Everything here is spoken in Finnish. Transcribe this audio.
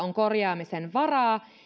on korjaamisen varaa